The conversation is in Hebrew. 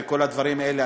וכל הדברים האלה.